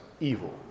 evil